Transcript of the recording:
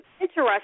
interesting